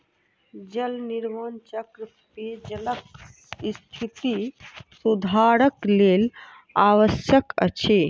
जल निर्माण चक्र पेयजलक स्थिति सुधारक लेल आवश्यक अछि